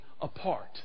apart